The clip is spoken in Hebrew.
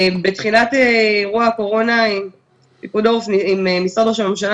בתחילת אירוע הקורונה פיקוד העורף עם משרד ראש הממשלה